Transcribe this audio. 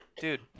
Dude